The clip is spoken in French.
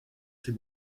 ses